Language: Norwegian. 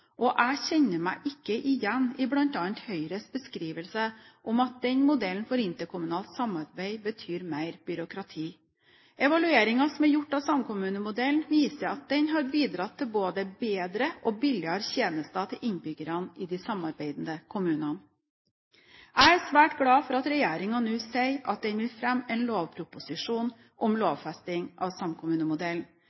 modellene. Jeg kjenner ikke meg ikke igjen i bl.a. Høyres beskrivelse, at denne modellen for interkommunalt samarbeid betyr mer byråkrati. Evalueringen som er gjort av samkommunemodellen, viser at den har bidratt til både bedre og billigere tjenester til innbyggerne i de samarbeidende kommunene. Jeg er svært glad for at regjeringen nå sier at den vil fremme en lovproposisjon om